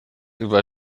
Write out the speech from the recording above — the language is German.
über